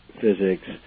physics